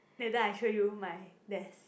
later I show you my desk